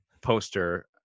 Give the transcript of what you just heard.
poster